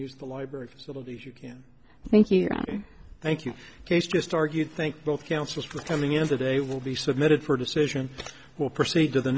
use the library facilities you can thank you thank you case just argue thank both counsels for coming in today will be submitted for decision will proceed to the